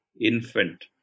infant